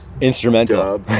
instrumental